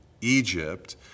Egypt